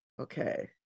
Okay